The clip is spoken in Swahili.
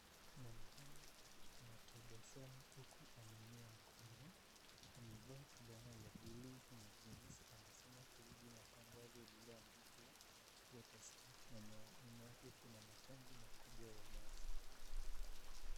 Mwanaume anatabasamu huku ameinua mkono. Amevaa fulana ya buluu na jeans . Anasimama karibu na tangazo lililoandikwa, "Water Steps", na nyuma yake kuna matangi makubwa ya maji.